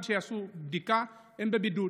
ועד שיעשו הם בבידוד.